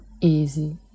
easy